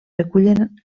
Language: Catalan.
recullen